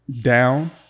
down